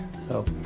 so.